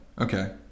Okay